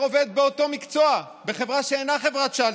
עובד באותו מקצוע בחברה שאינה חברת שלטר?